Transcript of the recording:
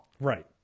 Right